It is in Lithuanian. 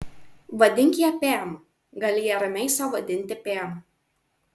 vadink ją pem gali ją ramiai sau vadinti pem